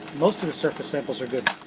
most of the surface samples are good,